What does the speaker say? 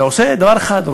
ועושה דבר אחד,